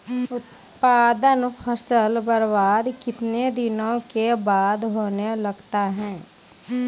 उत्पादन फसल बबार्द कितने दिनों के बाद होने लगता हैं?